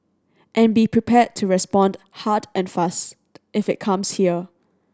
and be prepared to respond hard and fast if it comes here